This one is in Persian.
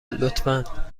لطفا